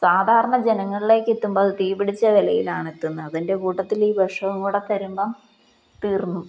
സാധാരണ ജനങ്ങളിലേക്ക് എത്തുമ്പോള് അതു തീ പിടിച്ച വിലയിലാണ് എത്തുന്നത് അതിൻ്റെ കൂട്ടത്തില് ഈ വിഷം കൂടെ തരുമ്പോള് തീർന്നു